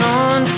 on